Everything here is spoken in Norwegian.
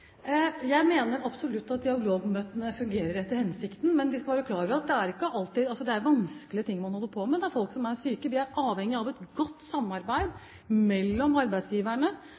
Jeg mener absolutt at dialogmøtene fungerer etter hensikten, men vi skal være klar over at det er vanskelige ting man holder på med. Det er folk som er syke. Vi er avhengige av et godt samarbeid mellom arbeidsgiverne,